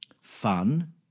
fun